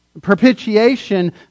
Propitiation